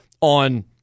on